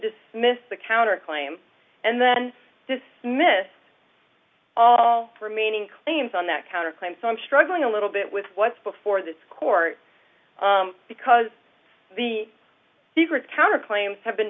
dismiss the counter claim and then dismiss all remaining claims on that counter claim so i'm struggling a little bit with what's before this court because the secret counter claims have been